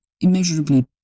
immeasurably